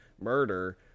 murder